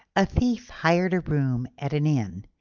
a thief hired a room at an inn,